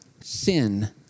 sin